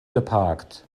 geparkt